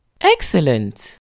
Excellent